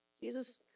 Jesus